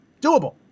doable